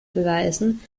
beweisen